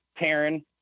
Taryn